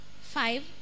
five